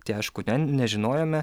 tie aišku ne nežinojome